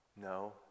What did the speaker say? No